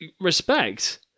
Respect